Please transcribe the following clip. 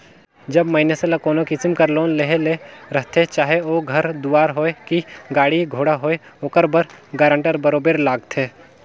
जब मइनसे ल कोनो किसिम कर लोन लेहे ले रहथे चाहे ओ घर दुवार होए कि गाड़ी घोड़ा होए ओकर बर गारंटर बरोबेर लागथे